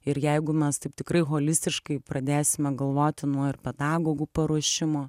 ir jeigu mes taip tikrai holistiškai pradėsime galvoti nuo ir pedagogų paruošimo